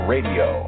Radio